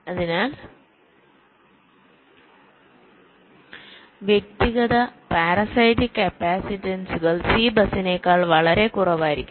അതിനാൽ വ്യക്തിഗത പാരാസൈറ്റിക് കപ്പാസിറ്റൻസുകൾ സി ബസിനേക്കാൾ വളരെ കുറവായിരിക്കും